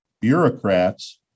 bureaucrats